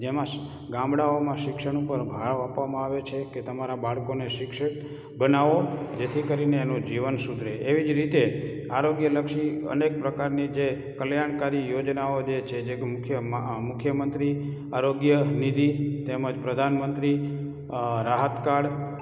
તેમજ ગામડાઓમાં શિક્ષણ ઉપર ભાર આપવામાં આવે છે કે તમારા બાળકોને શિક્ષિત બનાવો જેથી કરીને એનું જીવન સુધરે એવી જ રીતે આરોગ્યલક્ષી અનેક પ્રકારની જે કલ્યાણકારી યોજનાઓ જે છે જેવી કે મુખ્ય આ મુખ્યમંત્રી આરોગ્ય નિધિ તેમજ પ્રધાનમંત્રી રાહતકાળ